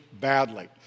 badly